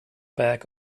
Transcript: back